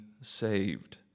saved